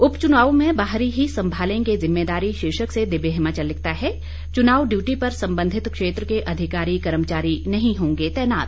उप चुनावों में बाहरी ही संभालेंगे जिम्मेदारी शीर्षक से दिव्य हिमाचल लिखता है चुनाव ड्यूटी पर संबंधित क्षेत्र के अधिकारी कर्मचारी नहीं होंगे तैनात